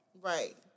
Right